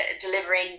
delivering